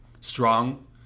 strong